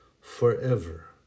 forever